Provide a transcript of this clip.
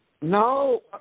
No